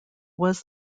was